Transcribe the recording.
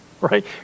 right